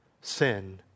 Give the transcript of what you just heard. sin